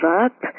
up